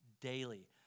daily